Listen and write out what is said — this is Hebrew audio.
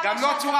וזה גם לא צורה,